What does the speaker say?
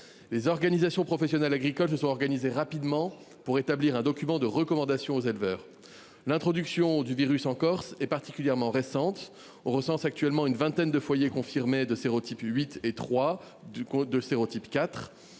Les organisations professionnelles agricoles se sont organisées rapidement pour établir un document de recommandation aux éleveurs. L’introduction du virus en Corse est particulièrement récente. On recense actuellement une vingtaine de foyers confirmés de sérotype 8, 3 et 4.